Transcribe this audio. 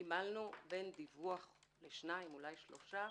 קיבלנו בין דיווח לשניים, אולי שלושה,